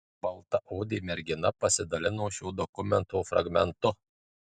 baltaodė mergina pasidalino šio dokumento fragmentu